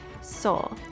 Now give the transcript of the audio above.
soul